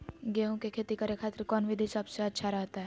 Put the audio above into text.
गेहूं के खेती करे खातिर कौन विधि सबसे अच्छा रहतय?